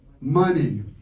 money